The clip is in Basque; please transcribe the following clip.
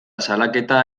salaketa